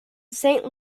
saint